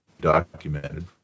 documented